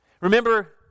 Remember